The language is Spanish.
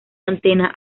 antena